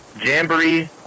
Jamboree